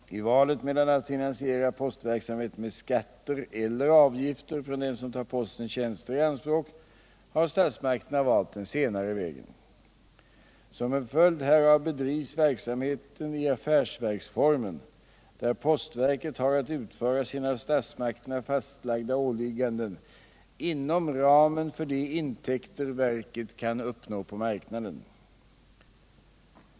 I valet mellan att finansiera postverksamheten med skatter eller med avgifter från dem som tar postens tjänster i anspråk har statsmakterna valt den senare vägen. Som en följd härav bedrivs verksamheten i affärsverksformen, där postverket har att utföra sina av statsmakterna fastlagda åligganden inom ramen för de intäkter verket kan uppnå på marknaden.